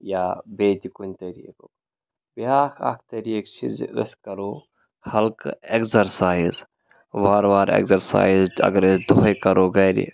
یا بیٚیہِ تہِ کُنہِ طریٖقُک بیٛاکھ اَکھ طٔریٖقہٕ چھِ زِ أسۍ کَرو ہلکہٕ اٮ۪گزَرسایِز وارٕ وارٕ ایٚگزَرسایِز اگر أسۍ دۄہَے کَرو گَرِ